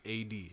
AD